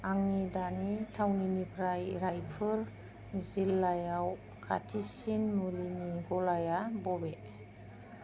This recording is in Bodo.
आंनि दानि थावनिनिफ्राय रायपुर जिल्लायाव खाथिसिन मुलिनि गलाया बबे